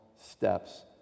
steps